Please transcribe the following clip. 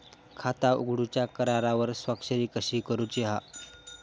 खाता उघडूच्या करारावर स्वाक्षरी कशी करूची हा?